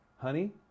honey